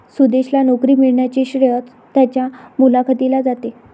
सुदेशला नोकरी मिळण्याचे श्रेय त्याच्या मुलाखतीला जाते